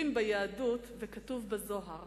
אומרים ביהדות וכתוב בזוהר